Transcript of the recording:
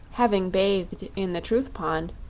having bathed in the truth pond,